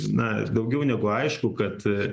na daugiau negu aišku kad